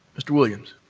mr. williams.